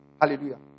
Hallelujah